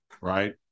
right